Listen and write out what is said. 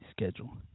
schedule